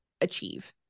achieve